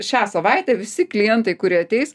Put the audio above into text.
šią savaitę visi klientai kurie ateis